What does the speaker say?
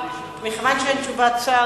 מכיוון שאין תשובת שר,